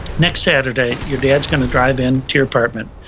next saturday, your dad's gonna drive in to your apartment,